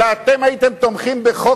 אלא אתם הייתם תומכים בחוק,